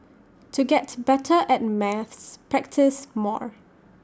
to get better at maths practise more